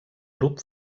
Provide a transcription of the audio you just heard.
grup